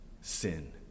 sin